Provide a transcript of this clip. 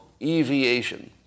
Eviation